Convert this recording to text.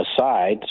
aside